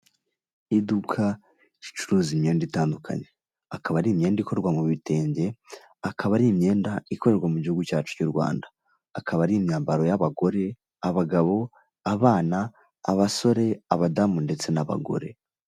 Iduka rucuruza imyenda itandukanye, akaba ari imyenda ikorwa mu bitenge, akaba ari imyenda ikorerwa mu gihugu cyacu cy'u Rwanda. Akaba ari imyambaro y'abagore, abagabo abana, abasore , abadamu ndetse n'abagore.